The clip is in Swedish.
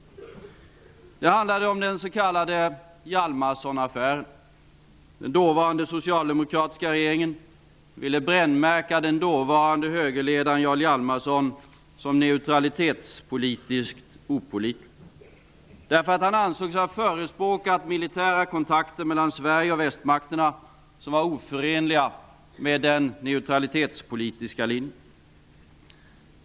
Den handlade om den s.k. Hjalmarsonaffären. Den dåvarande socialdemokratiska regeringen ville brännmärka den dåvarande högerledaren Jarl Hjalmarson såsom neutralitetspolitiskt opålitlig. Han ansågs ha förespråkat militära kontakter mellan Sverige och västmakterna som var oförenliga med den nautralitetspolitiska linjen.